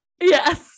Yes